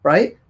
Right